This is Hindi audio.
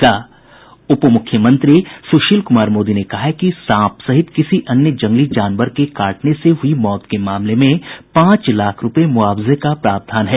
उप मुख्यमंत्री सुशील कुमार मोदी ने कहा है कि सांप सहित किसी अन्य जंगली जानवर के काटने से हुई मौत के मामले में पांच लाख रुपये मुआवजे का प्रावधान है